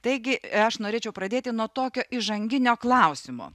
taigi aš norėčiau pradėti nuo tokio įžanginio klausimo